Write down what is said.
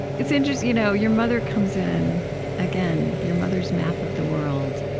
it's interesting you know your mother comes in again, your mother's map of the world.